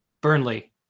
Burnley